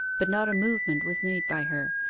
but not a movement was made by her,